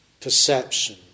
perception